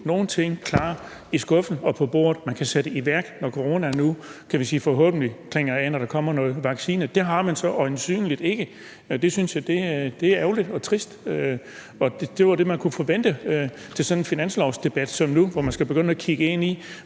nogen ting klar i skuffen og på bordet, som man kan sætte i værk, når coronaen nu – forhåbentlig, kan vi sige – klinger af, når der kommer noget vaccine? Det har man så øjensynlig ikke. Og det synes jeg er ærgerligt og trist. Og det var det, man kunne forvente til sådan en finanslovsdebat som nu, hvor man skal begynde at kigge ind i,